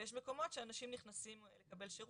ויש מקומות שאנשים נכנסים לקבל שירות.